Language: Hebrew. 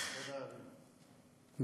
תודה, אדוני.